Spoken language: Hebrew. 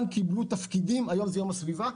היום זה יום הסביבה,